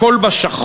הכול בה שחור,